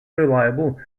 reliable